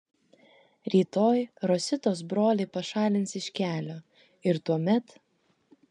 rytoj rositos brolį pašalins iš kelio ir tuomet